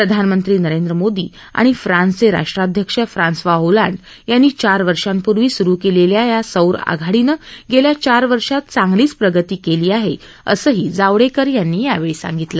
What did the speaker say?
प्रधानमंत्री नरेंद्र मोदी आणि फ्रान्सचे राष्ट्राध्यक्ष फ्रान्सवा होलांड यांनी चार वर्षापूर्वी सुरू केलेल्या या सौर आघाडीनं गेल्या चार वर्षात चांगलीच प्रगती केली आहे असंही जावडेकर यांनी यावेळी सांगितलं